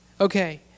Okay